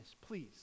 please